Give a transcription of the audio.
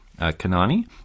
Kanani